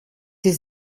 ist